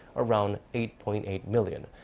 around eight point eight million.